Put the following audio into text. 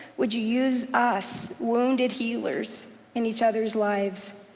would you use us wounded healers in each other's lives.